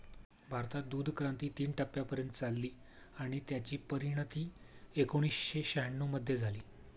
भारतात दूधक्रांती तीन टप्प्यांपर्यंत चालली आणि त्याची परिणती एकोणीसशे शहाण्णव मध्ये झाली